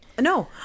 No